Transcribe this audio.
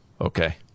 Okay